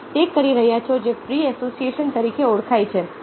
તમે તે કરી રહ્યા છો જે ફ્રી એસોસિએશન તરીકે ઓળખાય છે